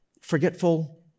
forgetful